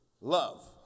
love